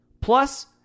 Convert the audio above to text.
plus